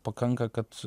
pakanka kad